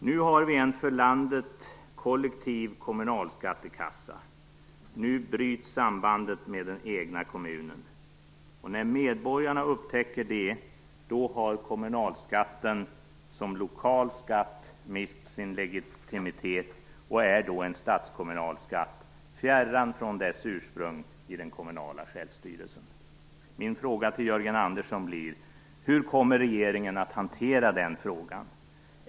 Nu har vi en för landet kollektiv kommunalskattekassa - nu bryts sambandet med den egna kommunen. När medborgarna upptäcker detta har kommunalskatten som lokal skatt mist sin legitimitet och är då en statskommunal skatt, fjärran från dess ursprung i den kommunala självstyrelsen. Min fråga till Jörgen Andersson blir: Hur kommer regeringen att hantera den frågan?